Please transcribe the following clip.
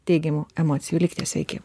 teigiamų emocijų likite sveiki